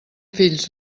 fills